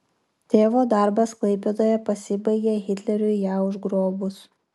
tėvo darbas klaipėdoje pasibaigė hitleriui ją užgrobus